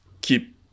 keep